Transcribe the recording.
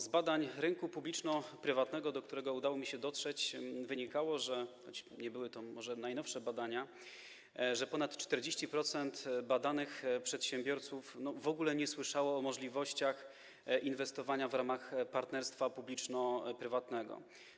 Z badań rynku publiczno-prywatnego, do których udało mi się dotrzeć, wynikało - choć może nie były to najnowsze badania - że ponad 40% badanych przedsiębiorców w ogóle nie słyszało o możliwościach inwestowania w ramach partnerstwa publiczno-prywatnego.